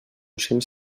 cents